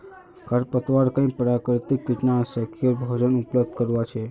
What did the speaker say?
खरपतवार कई प्राकृतिक कीटनाशकेर भोजन उपलब्ध करवा छे